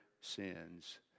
sins